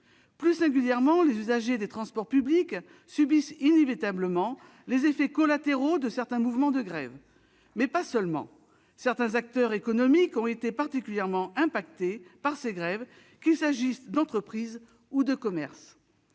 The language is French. Plus singulièrement, les transports publics subissent inévitablement les effets collatéraux de certains mouvements de grève. Mais pas seulement eux ! Certains acteurs économiques ont été particulièrement touchés par ces grèves, qu'il s'agisse d'entreprises ou de commerces.